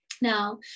Now